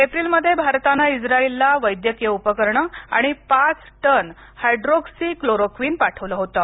एप्रिलमध्ये भारतानं इस्रायल ला वैद्यकीय उपकरणं आणि पांच टन हायड्रोक्सी क्लोरोक्वीन पाठवलं होतं